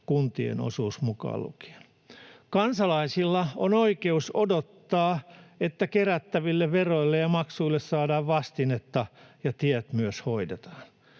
kuntien osuus mukaan lukien. Kansalaisilla on oikeus odottaa, että kerättäville veroille ja maksuille saadaan vastinetta ja tiet myös hoidetaan.